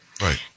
Right